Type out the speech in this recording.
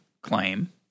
claim